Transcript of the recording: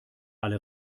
alle